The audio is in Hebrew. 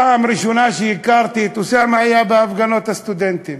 הפעם הראשונה שפגשתי את אוסאמה הייתה בהפגנות הסטודנטים